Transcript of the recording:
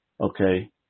Okay